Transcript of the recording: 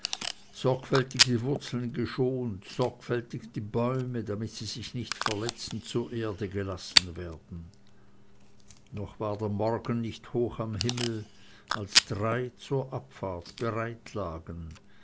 die wurzeln geschont sorgfältig die bäume damit sie sich nicht verletzten zur erde gelassen werden noch war der morgen nicht hoch am himmel als drei zur abfahrt